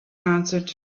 answered